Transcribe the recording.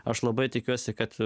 aš labai tikiuosi kad